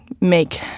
make